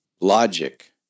logic